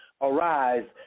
arise